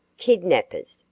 kidnappers,